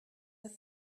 have